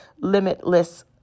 limitless